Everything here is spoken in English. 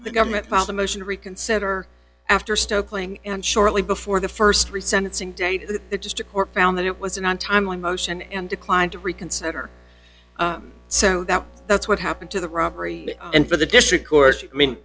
the government filed a motion to reconsider after stoke playing and shortly before the st three sentencing date the district court found that it was an untimely motion and declined to reconsider so that that's what happened to the robbery and for the district court i mean